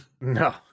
No